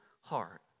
heart